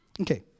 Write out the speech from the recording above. Okay